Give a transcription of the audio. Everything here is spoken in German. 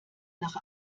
nach